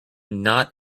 not